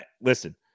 Listen